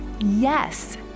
Yes